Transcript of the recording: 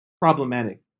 problematic